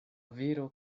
viro